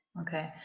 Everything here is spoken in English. Okay